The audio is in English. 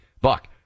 Buck